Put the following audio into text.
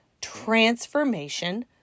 transformation